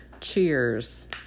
cheers